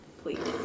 please